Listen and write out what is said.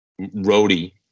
roadie